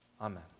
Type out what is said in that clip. Amen